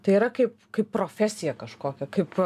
tai yra kaip kaip profesija kažkokia kaip